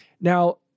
Now